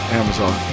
amazon